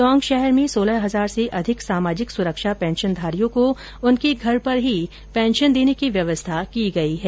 टोंक शहर में सोलह हजार से अधिक सामाजिक सुरक्षा पेंशनधारियों को उनके घर पर ही पेंशन देने की व्यवस्था की गयी है